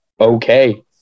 okay